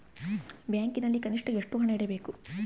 ಬ್ಯಾಂಕಿನಲ್ಲಿ ಕನಿಷ್ಟ ಎಷ್ಟು ಹಣ ಇಡಬೇಕು?